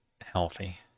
healthy